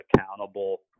accountable